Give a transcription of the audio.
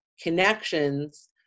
connections